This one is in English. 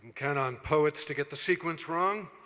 count on poets to get the sequence wrong.